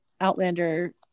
outlander